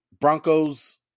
broncos